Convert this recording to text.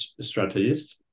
strategist